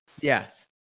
Yes